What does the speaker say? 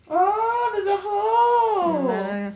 oh there's a hole